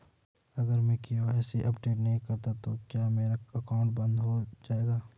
अगर मैं KYC update नहीं करता तो क्या मेरा अकाउंट बंद हो जाएगा?